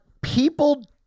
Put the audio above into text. people